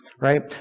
right